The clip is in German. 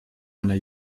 einer